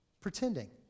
pretending